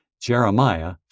Jeremiah